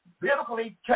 biblically